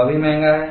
वह भी महंगा है